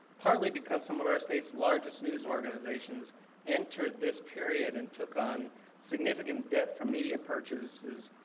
partly because some of our state's largest news organizations entered this period and took on significant debt from media purchases,